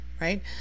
right